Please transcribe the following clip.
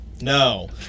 no